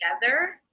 together